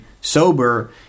sober